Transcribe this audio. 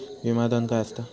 विमा धन काय असता?